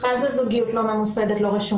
מה זה זוגיות לא ממוסדת לא רשומה?